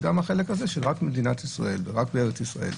רק במדינת ישראל ורק בארץ ישראל,